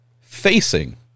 facing